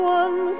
one